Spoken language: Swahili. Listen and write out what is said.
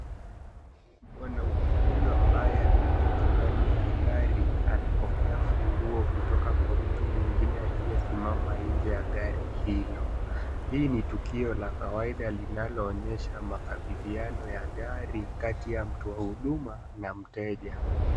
Mwanaume huyu ambaye ameketi ndani ya gari anapokea funguo kutoka kwa mtu mwingine aliyesimama nje ya gari hilo. Hii ni tukio la kawaida linaloonyesha makabidhiano ya gari kati ya mtu wa huduma na mteja.